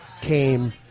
came